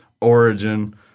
origin